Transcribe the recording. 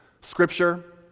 Scripture